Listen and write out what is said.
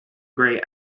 grey